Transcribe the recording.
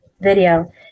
video